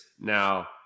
now